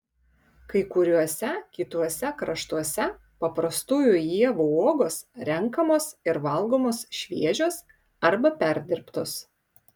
kai kuriuose kituose kraštuose paprastųjų ievų uogos renkamos ir valgomos šviežios arba perdirbtos